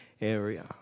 area